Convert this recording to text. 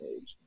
age